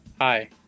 Hi